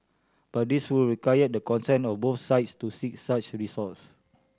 but this would require the consent of both sides to seek such recourse